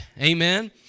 amen